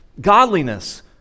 godliness